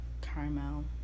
caramel